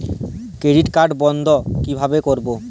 Credit card বন্ধ কিভাবে করবো?